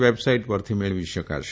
web site પરથી મેળવી શકાશે